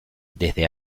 desde